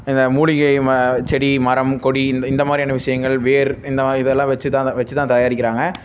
இந்த மூலிகை மா செடி மரம் கொடி இந்த இந்த மாதிரியான விஷயங்கள் வேர் இந்த இதெல்லாம் வச்சி தான் அதை வச்சி தான் தயாரிக்கிறாங்க